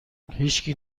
هیشکی